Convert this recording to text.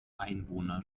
einwohner